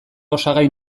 osagai